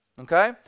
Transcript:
okay